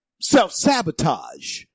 self-sabotage